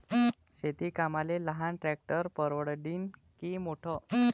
शेती कामाले लहान ट्रॅक्टर परवडीनं की मोठं?